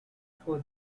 for